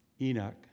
enoch